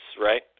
right